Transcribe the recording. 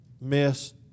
miss